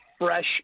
fresh